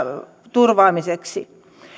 turvaamiseksi